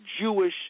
Jewish